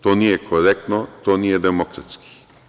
To nije korektno, to nije demokratski.